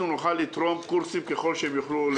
אנחנו נוכל לתרום קורסים ככל שהם יוכלו לממש.